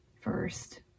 first